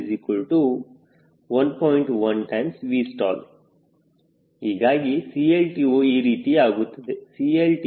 1Vstall ಹೀಗಾಗಿ CLTO ಈ ರೀತಿಯ ಆಗುತ್ತದೆ CLTOCLmax1